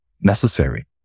necessary